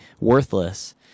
worthless